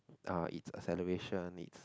uh its acceleration it's